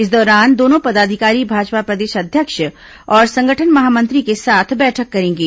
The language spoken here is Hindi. इस दौरान दोनों पदाधिकारी भाजपा प्रदेश अध्यक्ष और संगठन महामंत्री के साथ बैठक करेंगे